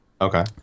Okay